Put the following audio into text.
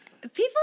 People